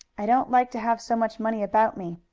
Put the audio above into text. i don't like to have so much money about me,